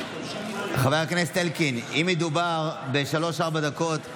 חבר הכנסת אלקין, אם מדובר בשלוש-ארבע דקות,